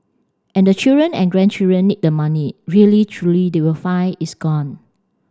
and the children and grandchildren need the money really truly they will find it's gone